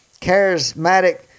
charismatic